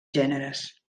gèneres